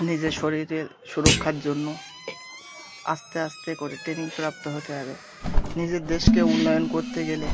নিজের শরীরের সুরক্ষার জন্য আস্তে আস্তে করে ট্রেনিং প্রাপ্ত হতে হবে নিজের দেশকে উন্নয়ন করতে গেলে